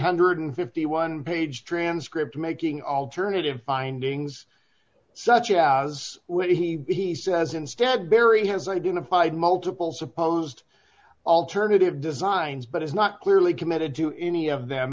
hundred and fifty one page transcript making alternative findings such as when he says instead barry has identified multiple supposed alternative designs but is not clearly committed to any of them